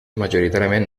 majoritàriament